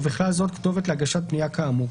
ובכלל זאת כתובת להגשת פניה כאמור.